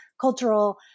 cultural